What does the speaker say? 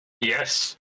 Yes